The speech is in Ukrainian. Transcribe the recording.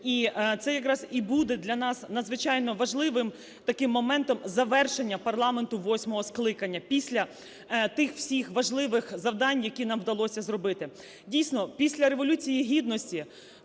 Це якраз і буде для нас надзвичайно важливим таким моментом завершення парламенту восьмого скликання після тих всіх важливих завдань, які нам вдалося зробити. Дійсно, після Революції Гідності,